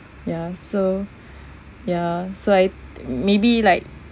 ya so ya so I maybe like